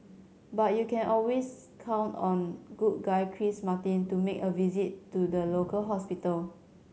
but you can always count on good guy Chris Martin to make a visit to the local hospital